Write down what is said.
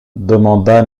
demanda